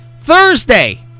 Thursday